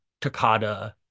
Takada